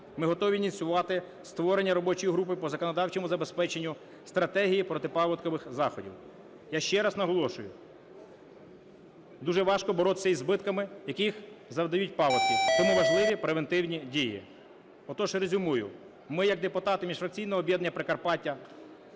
Ми готові ініціювати створення робочої групи по законодавчому забезпеченню стратегії протипаводкових заходів. Я ще раз наголошую, дуже важко боротися із збитками, які завдають паводки, тому важливі превентивні дії. Отож резюмую. Ми, як депутати міжфракційного об'єднання "Прикарпаття",